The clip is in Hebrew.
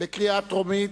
בקריאה טרומית.